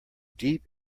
deep